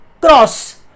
cross